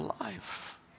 life